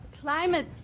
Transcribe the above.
climate